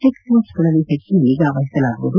ಚಿಕ್ಮೋಸ್ಟ್ಗಳಲ್ಲಿ ಹೆಚ್ಚಿನ ನಿಗಾ ವಹಿಸಲಾಗುವುದು